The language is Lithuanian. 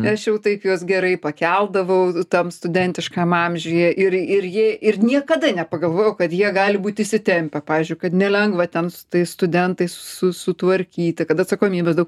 aš jau taip juos gerai pakeldavau tam studentiškam amžiuje ir ir jie ir niekada nepagalvojau kad jie gali būt įsitempę pavyzdžiui kad nelengva ten su tais studentais su sutvarkyti kad atsakomybės daug